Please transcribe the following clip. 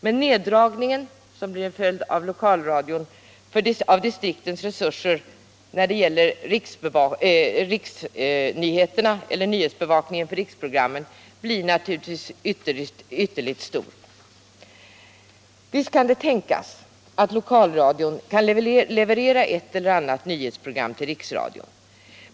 Men den neddragning av distriktens resurser när det gäller nyhetsbevakningen för riksprogrammen som blir en följd av lokalradions tillkomst är naturligtvis mycket stor. Visst kan det tänkas att lokalradion kan leverera ett eller annat nyhetsprogram till riksradion.